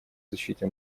защите